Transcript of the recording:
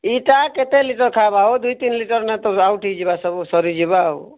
ଇଟା କେତେ ଲିଟର୍ ଖାବା ହୋ ଦୁଇ ତିନି ଲିଟର୍ ନାଇଁ ତ ଆଉଟ୍ ହେଇ ଯିବା ସବୁ ସରିଯିବା ଆଉ